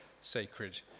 sacred